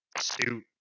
suit